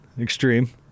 extreme